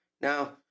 Now